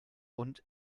und